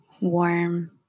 warm